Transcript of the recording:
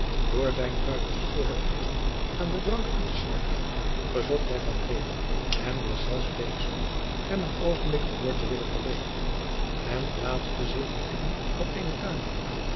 door zijne buitenspoorigheden aan den drank toe te schrijven verzocht hij van reede en deszelfs pleegzoon hem een oogenblik gehoor te willen verleenen en plaatste zich met hen op eene tuinbank